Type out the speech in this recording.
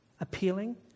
appealing